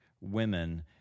women